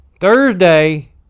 Thursday